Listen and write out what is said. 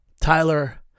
Tyler